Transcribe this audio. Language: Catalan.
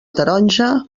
taronja